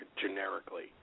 generically